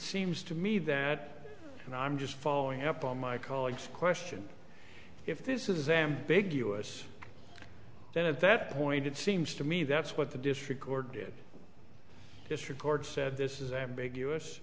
seems to me that and i'm just following up on my colleague's question if this is ambiguous then at that point it seems to me that's what the district court did district court said this is ambiguous